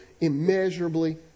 immeasurably